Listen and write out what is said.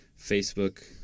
Facebook